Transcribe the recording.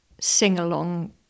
sing-along